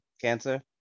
cancer